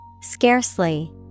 scarcely